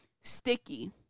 Sticky